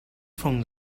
from